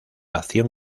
acción